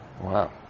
Wow